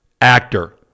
actor